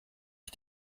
ich